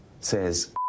says